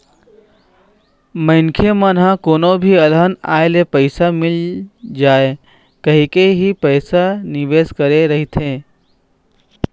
मनखे मन ह कोनो भी अलहन आए ले पइसा मिल जाए कहिके ही पइसा निवेस करे रहिथे